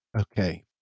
Okay